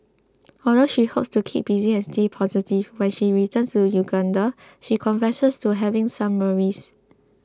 although she hopes to keep busy and stay positive when she returns to Uganda she confesses to having some worries